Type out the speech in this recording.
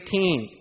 18